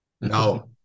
No